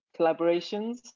collaborations